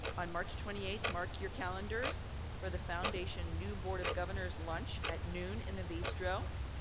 on march twenty eighth, mark your calendars for the foundation new board of governors lunch at noon in the bistro.